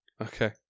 Okay